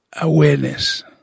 awareness